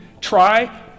Try